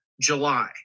July